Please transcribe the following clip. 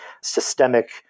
Systemic